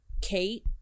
Kate